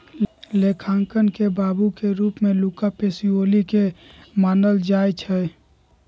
लेखांकन के बाबू के रूप में लुका पैसिओली के मानल जाइ छइ